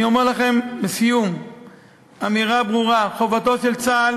אני אומר לכם לסיום אמירה ברורה: חובתו של צה"ל